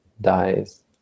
dies